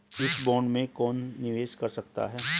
इस बॉन्ड में कौन निवेश कर सकता है?